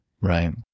right